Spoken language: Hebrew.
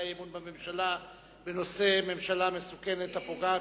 אמון בממשלה בנושא: ממשלה מסוכנת הפוגעת,